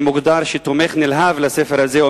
שמוגדר כתומך נלהב בספר הזה,